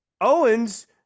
Owens